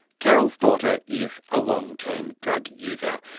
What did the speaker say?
carol's daughter is a long term drug user.